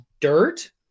dirt